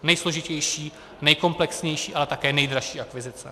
Nejsložitější, nejkomplexnější, ale také nejdražší akvizice.